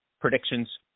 predictions